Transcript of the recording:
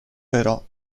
però